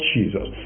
Jesus